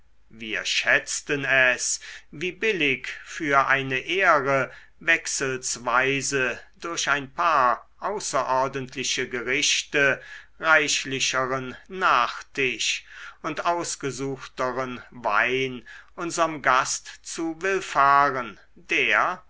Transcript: wir schätzten es wie billig für eine ehre wechselsweise durch ein paar außerordentliche gerichte reichlicheren nachtisch und ausgesuchteren wein unserm gast zu willfahren der